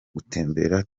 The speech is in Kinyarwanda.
gutembera